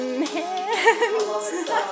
hands